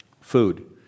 food